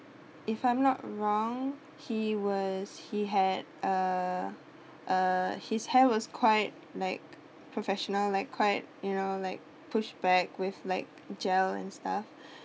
if I'm not wrong he was he had uh uh his hair was quite like professional like quite you know like pushed back with like gel and stuff